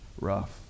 rough